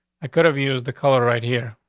i could have used the color right here.